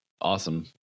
awesome